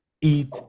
eat